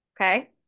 Okay